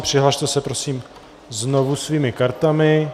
Přihlaste se prosím znovu svými kartami.